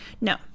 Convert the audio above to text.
no